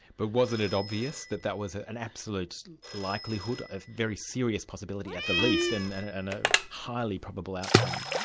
but wasn't it obvious that that was ah an absolute likelihood, a very serious possibility at the least, and and ah a highly probable outcome.